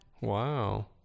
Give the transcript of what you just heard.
Wow